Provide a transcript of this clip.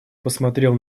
посмотрел